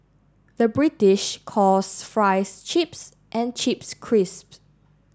the British calls fries chips and chips crisps